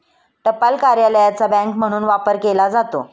टपाल कार्यालयाचा बँक म्हणून वापर केला जातो